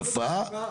יפה.